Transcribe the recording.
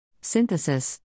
Synthesis